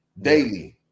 daily